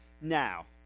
Now